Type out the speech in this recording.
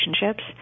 relationships